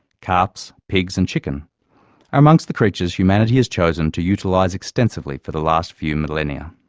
carp, so pigs and chickens are among the creatures humanity has chosen to utilise extensively for the last few millennia.